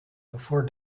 before